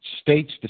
states